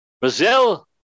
Brazil